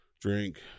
drink